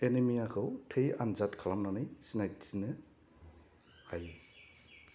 एनेमियाखौ थै आनजाद खालामनानै सिनायथिनो हायो